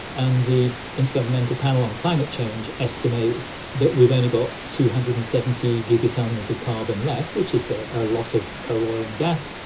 and the intergovernmental panel on climate change estimates that we've only got two hundred and seventy gigatonnes of carbon left, which is a ah lot of coal, oil and gas,